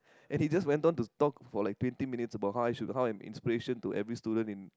and he just went on to talk for like twenty minutes about how I should how I'm an inspiration to every student in